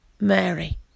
Mary